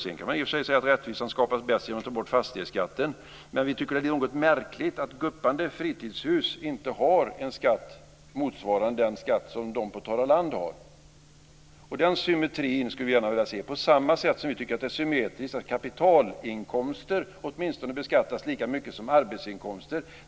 Man kan i och för sig säga att rättvisan skapas bäst genom att man tar bort fastighetsskatten, men vi tycker att det är något märkligt att guppande fritidshus inte har en skatt motsvarande den skatt de har på torra land. Den symmetrin skulle vi gärna vilja se - på samma sätt som vi tycker att det är symmetrisk att kapitalinkomster åtminstone beskattas lika mycket som arbetsinkomster.